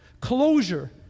closure